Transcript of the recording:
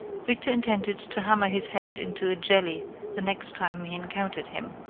victor intended to hammer his head into a jelly the next time he encountered him.